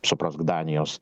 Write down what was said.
suprask danijos